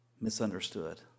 misunderstood